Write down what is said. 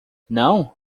não